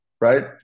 Right